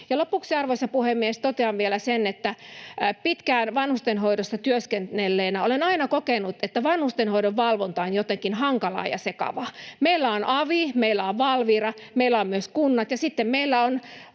Lopuksi, arvoisa puhemies, totean vielä sen, että pitkään vanhustenhoidossa työskennelleenä olen aina kokenut, että vanhustenhoidon valvonta on jotenkin hankalaa ja sekavaa. Meillä on avi, meillä on Valvira, meillä on myös kunnat, ja sitten meillä on